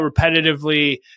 repetitively